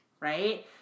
right